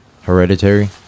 Hereditary